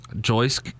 Joyce